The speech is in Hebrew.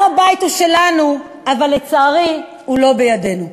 הר-הבית הוא שלנו, אבל לצערי הוא לא בידינו.